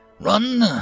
Run